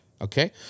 okay